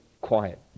quiet